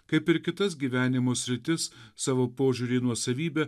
kaip ir į kitas gyvenimo sritis savo požiūrį į nuosavybę